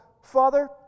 Father